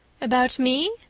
about me?